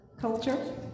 Culture